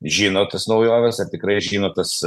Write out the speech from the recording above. žino tas naujoves ar tikrai žino tas